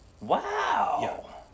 Wow